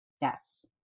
Yes